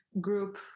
group